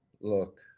Look